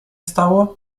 stało